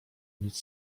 nic